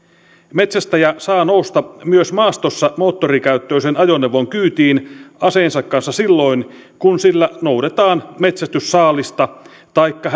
metsästäjä saa nousta myös maastossa moottorikäyttöisen ajoneuvon kyytiin aseensa kanssa silloin kun sillä noudetaan metsästyssaalista taikka